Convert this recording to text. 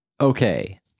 okay